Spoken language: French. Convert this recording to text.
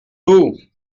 vous